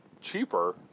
cheaper